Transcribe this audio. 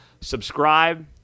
Subscribe